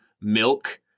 milk